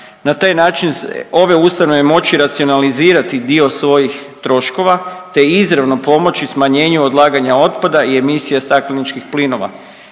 Na taj način ove ustanove moći racionalizirati dio svojih troškova te izravno pomoći smanjenju odlaganja otpada i emisija stakleničkih plinova.